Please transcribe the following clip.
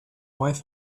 wife